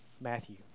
Matthew